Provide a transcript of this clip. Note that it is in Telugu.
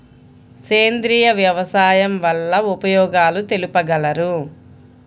సేంద్రియ వ్యవసాయం వల్ల ఉపయోగాలు తెలుపగలరు?